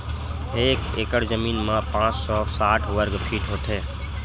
एक एकड़ जमीन मा पांच सौ साठ वर्ग फीट होथे